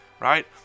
right